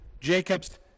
Jacob's